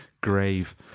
grave